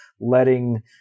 letting